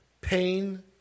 pain